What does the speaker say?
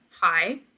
hi